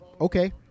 okay